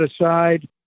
aside